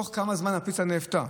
בתוך כמה זמן הפיצה נאפתה?